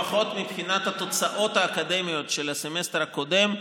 לפחות מבחינת התוצאות האקדמיות של הסמסטר הקודם,